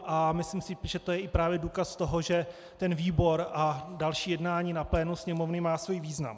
A myslím si, že to je právě důkaz toho, že ten výbor a další jednání na plénu Sněmovny má svůj význam.